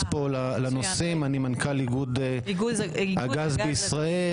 פה לנושאים אני מנכ"ל איגוד הגז בישראל,